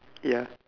ya